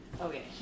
Okay